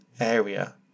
area